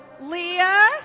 Leah